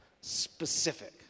Specific